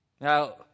Now